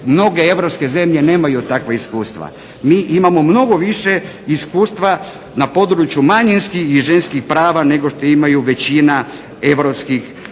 mnoge Europske zemlje nemaju takva iskustva. Mi imamo mnogo više iskustva na području manjinskih i ženskih prava nego što imaju većina Europskih zemalja